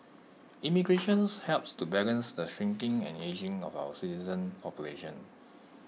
immigrations helps to balance the shrinking and ageing of our citizen population